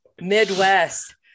Midwest